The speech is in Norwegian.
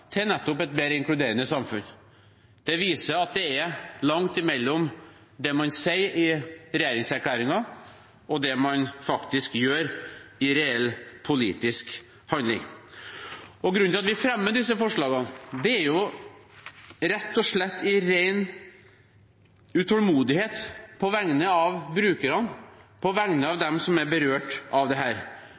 til et mer inkluderende samfunn. Det viser at det er langt mellom det man sier i regjeringserklæringen, og det man faktisk gjør i reell politisk handling. Grunnen til at vi fremmer disse forslagene, er rett og slett ren utålmodighet på vegne av brukerne, på vegne av dem som er berørt av